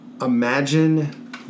imagine